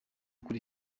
kuri